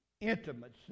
intimacy